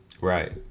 Right